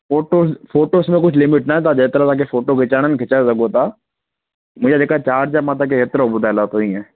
photo photos में कुझु limit नाहे तव्हां जेतिरा तव्हांखे फ़ोटो खिचाइणा आहिनि खिचाए सघो था मुंहिंजा जेका चार्ज आहे मां तव्हांखे एतिरो ॿुधाए लाथो इअं